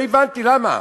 לא הבנתי למה.